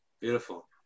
Beautiful